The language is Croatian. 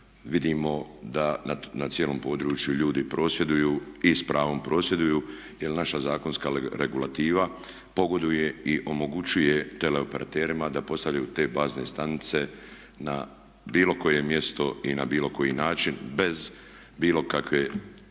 vidimo da na cijelom području ljudi prosvjeduju i s pravom prosvjeduju jer naša zakonska regulativa pogoduje i omogućuje teleoperaterima da postavljaju te bazne stanice na bilo koje mjesto i na bilo koji način bez bilo kakve dozvole